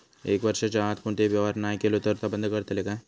एक वर्षाच्या आत कोणतोही व्यवहार नाय केलो तर ता बंद करतले काय?